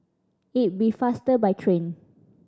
it'll be faster by train